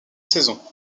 saison